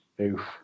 Oof